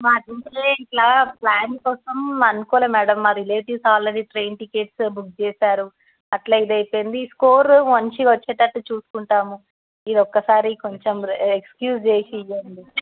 మా ఇంట్లో ప్లాన్ కోసం అనుకోలేదు మ్యాడమ్ మా relatives already train tickets book చేసారు అట్లా ఇది అయిపోయింది స్కోర్ మంచిగా వచ్చేటట్టు చూసుకుంటాము ఇది ఒకసారి కొంచెం ఎక్స్క్యూజ్ చేసి ఇవ్వండి